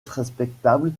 respectable